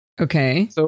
Okay